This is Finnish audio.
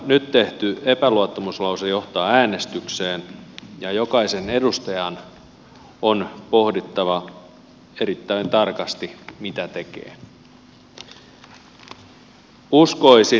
nyt tehty epäluottamuslause johtaa äänestykseen ja jokaisen edustajan on pohdittava erittäin tarkasti mitä tekee